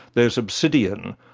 there is obsidian,